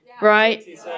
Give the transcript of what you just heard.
Right